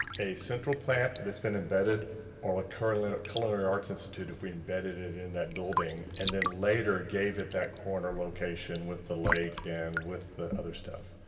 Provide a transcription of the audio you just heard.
a central plant that's been embedded or ah the culinary arts institute if we embedded it in that building and then later gave it that corner location with the lake and with the other stuff.